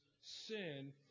sin